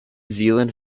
zealand